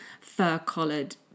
fur-collared